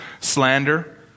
slander